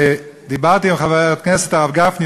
דיברתי עם חבר הכנסת הרב גפני,